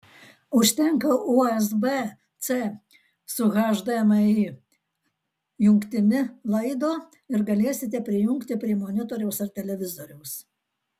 užtenka usb c su hdmi jungtimi laido ir galėsite prijungti prie monitoriaus ar televizoriaus